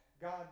God